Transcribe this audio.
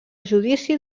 judici